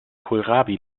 kohlrabi